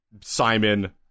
Simon